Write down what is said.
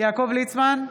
יעקב ליצמן,